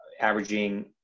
averaging